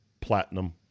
Platinum